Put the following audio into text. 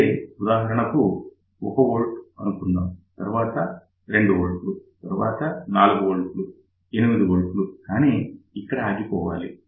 అదే ఉదాహరణకు 1 V అనుకుందాం తరువాత 2 V తరువాత 4 V 8 V కానీ మనం ఇక్కడ ఆగిపోవాలి